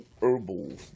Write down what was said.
herbal